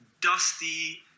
dusty